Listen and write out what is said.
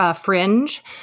Fringe